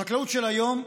החקלאות של היום,